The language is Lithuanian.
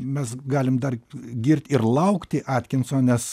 mes galim dar girt ir laukti atkinson nes